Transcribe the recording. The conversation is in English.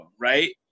right